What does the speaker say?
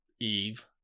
Eve